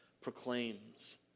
proclaims